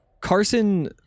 Carson